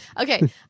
Okay